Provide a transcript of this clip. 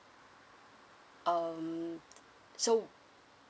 um so